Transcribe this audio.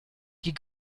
die